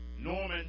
Norman